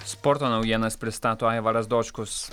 sporto naujienas pristato aivaras dočkus